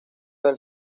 del